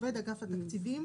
עובד אגף התקציבים,